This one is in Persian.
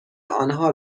آنها